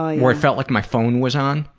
ah where it felt like my phone was on,